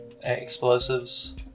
Explosives